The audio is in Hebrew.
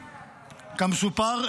כמסופר,